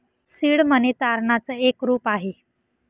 seed money तारणाच एक रूप आहे